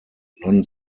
non